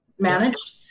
managed